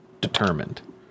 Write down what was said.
determined